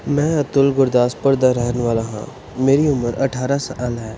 ਮੈਂ ਅਤੁਲ ਗੁਰਦਾਸਪੁਰ ਦਾ ਰਹਿਣ ਵਾਲਾ ਹਾਂ ਮੇਰੀ ਉਮਰ ਅਠਾਰਾਂ ਸਾਲ ਹੈ